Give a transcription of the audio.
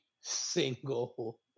single